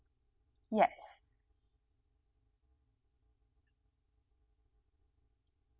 yes